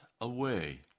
away